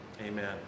Amen